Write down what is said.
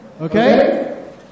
Okay